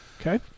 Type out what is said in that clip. Okay